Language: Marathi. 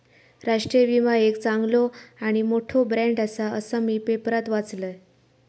राष्ट्रीय विमा एक चांगलो आणि मोठो ब्रँड आसा, असा मी पेपरात वाचलंय